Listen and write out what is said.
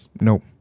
Nope